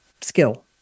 skill